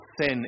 sin